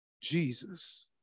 Jesus